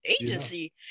agency